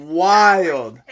wild